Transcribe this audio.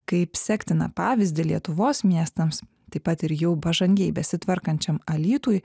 kaip sektiną pavyzdį lietuvos miestams taip pat ir jau pažangiai besitvarkančiam alytui